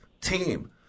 team